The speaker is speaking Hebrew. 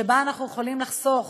שבה אנחנו יכולים לחסוך